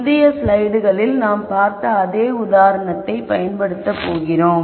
முந்தைய ஸ்லைடுகளில் நாம் பார்த்த அதே உதாரணத்தை பயன்படுத்தப் போகிறோம்